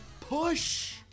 push